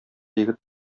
егет